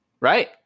Right